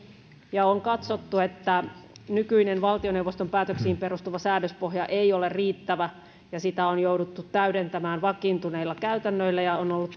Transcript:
ja on katsottu että nykyinen valtioneuvoston päätöksiin perustuva säädöspohja ei ole riittävä ja sitä on jouduttu täydentämään vakiintuneilla käytännöillä ja on ollut